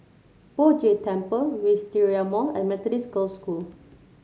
Poh Jay Temple Wisteria Mall and Methodist Girls' School